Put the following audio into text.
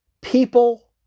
People